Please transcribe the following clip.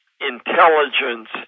intelligence